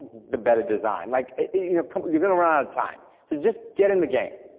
the better design, like you're you're gonna run out of time, so just get in the game,